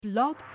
Blog